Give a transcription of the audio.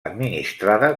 administrada